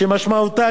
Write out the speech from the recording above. שמשמעותה,